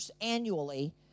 annually